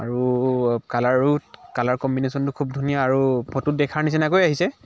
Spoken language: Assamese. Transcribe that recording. আৰু কালাৰো কালাৰ কম্বিনেশ্যনটো খুব ধুনীয়া আৰু ফটোত দেখাৰ নিচিনাকৈ আহিছে